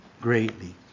greatly